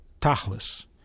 tachlis